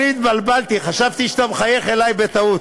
אני התבלבלתי, חשבתי שאתה מחייך אלי בטעות.